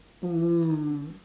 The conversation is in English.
mm